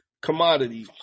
commodity